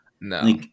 No